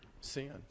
sin